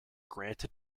granted